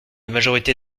majorité